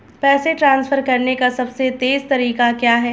पैसे ट्रांसफर करने का सबसे तेज़ तरीका क्या है?